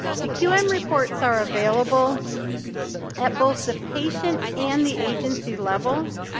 the qm um reports are available at both the patient and the agency-level.